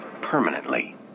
permanently